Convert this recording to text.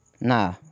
Nah